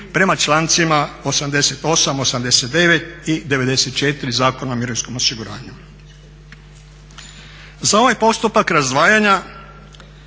prema člancima 88., 89. i 94. Zakona o mirovinskom osiguranju. Za ovaj postupak razdvajanja